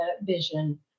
vision